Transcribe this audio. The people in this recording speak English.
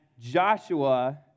Joshua